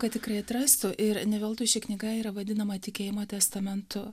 kad tikrai atrastų ir ne veltui ši knyga yra vadinama tikėjimo testamentu